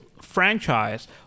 franchise